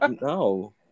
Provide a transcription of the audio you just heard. no